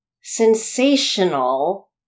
sensational